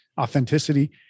authenticity